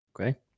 Okay